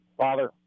Father